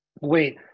Wait